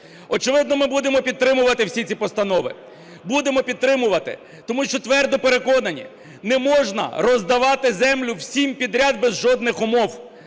Очевидно, ми будемо підтримувати всі ці постанови. Будемо підтримувати, тому що твердо переконані, не можна роздавати землю всім підряд без жодних умов.